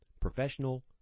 Professional